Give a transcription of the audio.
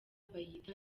bayita